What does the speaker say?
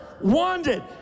Wanted